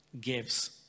gives